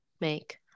make